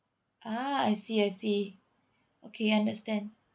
ah I see I see okay understand